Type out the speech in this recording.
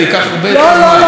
תקריא, תקריא.